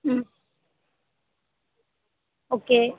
ம் ஓகே